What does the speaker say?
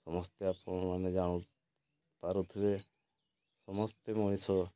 ସମସ୍ତେ ଆପଣମାନେ ଜାଣି ପାରୁଥିଲେ ସମସ୍ତେ ମଣିଷ